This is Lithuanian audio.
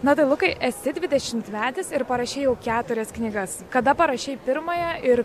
na tai lukai esi dvidešimtmetis ir parašei jau keturias knygas kada parašei pirmąją ir